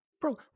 Bro